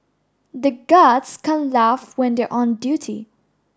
the guards can't laugh when they on duty